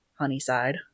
Honeyside